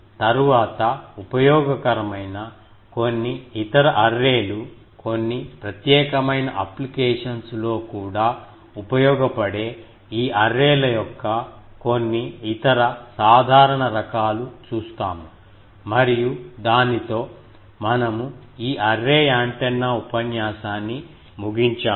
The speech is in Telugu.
తరువాత ఉపయోగకరమైన కొన్ని ఇతర అర్రే లు కొన్ని ప్రత్యేకమైన అప్లికేషన్స్ లో కూడా ఉపయోగపడే ఈ అర్రే ల యొక్క కొన్ని ఇతర సాధారణ రకాలు చూస్తాము మరియు దానితో మనము ఈ అర్రే యాంటెన్నా ఉపన్యాసాన్ని ముగించాము